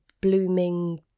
blooming